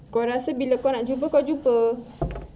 kau rasa bila kau nak jumpa kau jumpa